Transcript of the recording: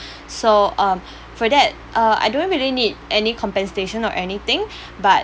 so um for that uh I don't really need any compensation or anything but